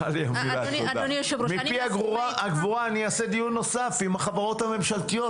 אני אעשה דיון נוסף עם החברות הממשלתיות,